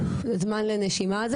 זמן לנשימה.